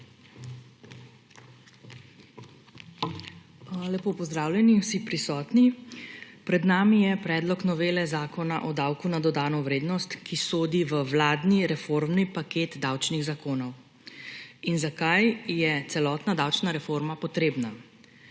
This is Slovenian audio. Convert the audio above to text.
Lepo pozdravljeni vsi prisotni! Pred nami je predlog novele Zakona o davku na dodano vrednost, ki sodi v vladni reformni paket davčnih zakonov. In zakaj je celotna davčna reforma potrebna?